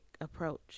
approach